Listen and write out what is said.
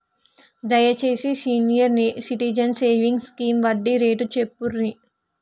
దయచేసి senior citizens savings scheme వడ్డీ rate చెప్పుర్రి